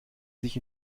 sich